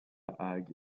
hague